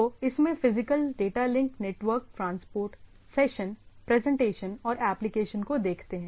तो इसमें physical data link network transport session presentation और एप्लिकेशन को देखते हैं